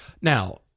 Now